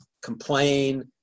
complain